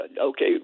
okay